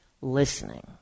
listening